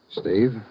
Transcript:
Steve